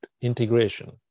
integration